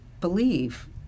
believe